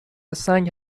سنگ